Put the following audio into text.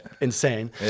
insane